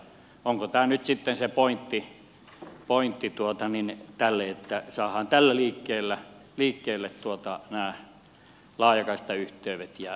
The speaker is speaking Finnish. onko tämä nyt sitten se pointti tälle että saadaan tällä liikkeelle nämä laajakaistayhteydet ja saadaan tietoyhteiskuntaa parannettua